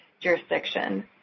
jurisdiction